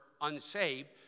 unsaved